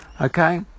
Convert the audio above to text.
Okay